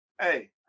hey